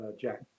Jack